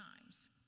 times